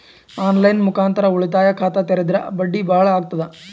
On line ಮುಖಾಂತರ ಉಳಿತಾಯ ಖಾತ ತೇರಿದ್ರ ಬಡ್ಡಿ ಬಹಳ ಅಗತದ?